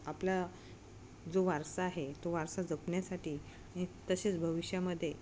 आपला जो वारसा आहे तो वारसा जपण्यासाठी आणि तसेच भविष्यामध्ये